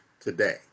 today